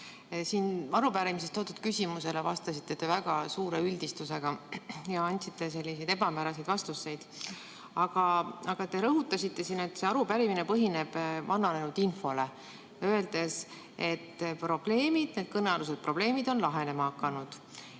Siin arupärimises toodud küsimustele vastasite te väga suure üldistusega ja andsite selliseid ebamääraseid vastuseid. Aga te rõhutasite, et see arupärimine põhineb vananenud infole, öeldes, et need kõnealused probleemid on lahenema hakanud.